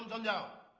and